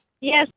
Yes